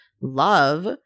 love